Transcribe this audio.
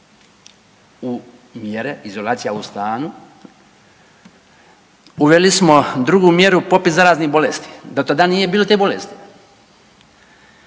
u mjere, izolacija u stanu. Uveli smo drugu mjeru popis zaraznih bolesti. Do tada nije bilo te bolesti